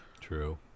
true